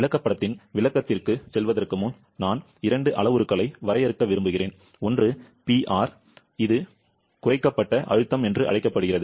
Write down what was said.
விளக்கப்படத்தின் விளக்கத்திற்குச் செல்வதற்கு முன் நான் இரண்டு அளவுருக்களை வரையறுக்க விரும்புகிறேன் ஒன்று PR இது குறைக்கப்பட்ட அழுத்தம் என்று அழைக்கப்படுகிறது